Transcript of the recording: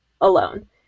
alone